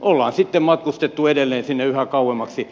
on sitten matkustettu edelleen sinne yhä kauemmaksi